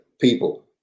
People